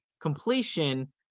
completion